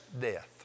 death